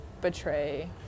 betray